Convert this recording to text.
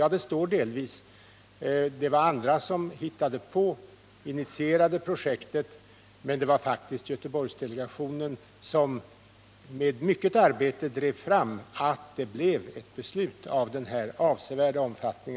Jag säger delvis för det var andra som initierade projektet, men det var faktiskt Göteborgsdelegationen som efter mycket arbete drev fram ett beslut av denna avsevärda omfattning.